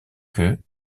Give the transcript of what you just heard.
que